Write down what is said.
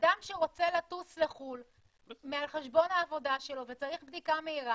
אדם שרוצה לטוס לחו"ל על חשבון העבודה שלו וצריך בדיקה מהירה